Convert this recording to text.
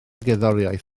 gerddoriaeth